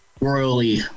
royally